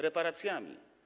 Reparacjami.